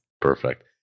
perfect